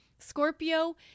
Scorpio